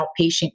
outpatient